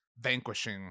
vanquishing